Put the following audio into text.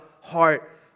heart